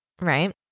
Right